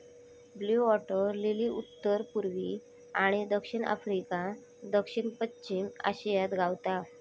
blue water lily उत्तर पुर्वी आणि दक्षिण आफ्रिका, दक्षिण पश्चिम आशियात गावता